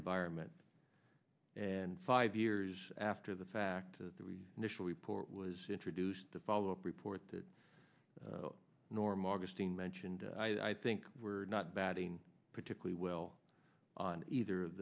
environment and five years after the fact the national report was introduced the follow up report that norm augustine mentioned i think we're not batting particularly well on either of